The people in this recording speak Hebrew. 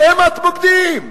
הם הבוגדים.